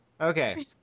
Okay